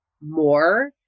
more